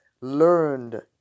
learned